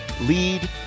lead